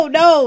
no